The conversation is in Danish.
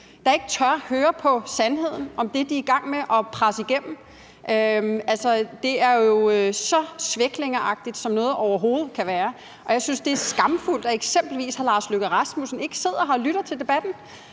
der ikke tør høre sandheden om det, de er i gang med at presse igennem. Altså, det er jo så svæklingeagtigt, som noget overhovedet kan være. Og jeg synes, det er skamfuldt, at eksempelvis udenrigsministeren ikke sidder her og lytter til debatten.